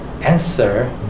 answer